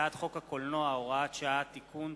הצעת חוק הקולנוע (הוראת שעה) (תיקון),